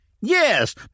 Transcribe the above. Yes